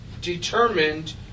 determined